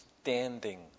standing